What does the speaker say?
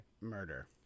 murder